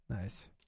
Nice